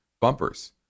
bumpers